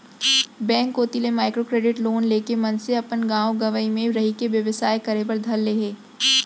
bank कोती ले micro credit loan लेके मनसे अपन गाँव गंवई म ही रहिके बेवसाय करे बर धर ले हे